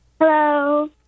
Hello